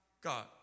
God